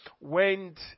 went